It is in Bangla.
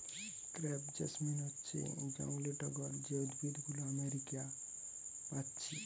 ক্রেপ জেসমিন হচ্ছে জংলি টগর যে উদ্ভিদ গুলো আমেরিকা পাচ্ছি